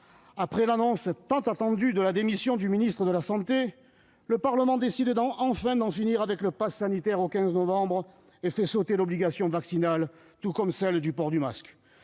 Après l'annonce tant attendue de la démission du ministre de la santé, le Parlement décide enfin d'en finir avec le passe sanitaire le 15 novembre prochain et fait sauter l'obligation vaccinale, tout comme celle du port du masque.